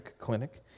clinic